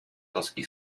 тоски